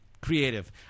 creative